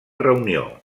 reunió